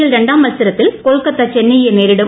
L രണ്ടാം മത്സരത്തിൽ കൊൽക്കത്ത ചെന്നൈയെ നേരിടും